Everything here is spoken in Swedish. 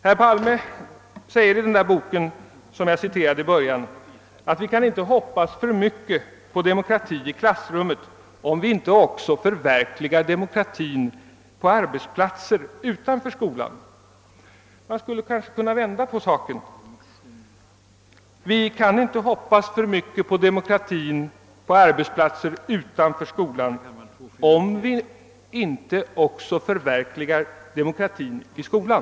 Herr Palme säger i den bok jag citerade i början att vi inte kan hoppas för mycket på demokrati i klassrummet, om vi inte också förverkligar demokratin på arbetsplatsen utanför sko lan. Man skulle kanske kunna vända på saken. Vi kan inte hoppas för mycket på demokrati på arbetsplatsen utanför skolan, om vi inte också förverkligar demokrati i skolan.